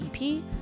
EP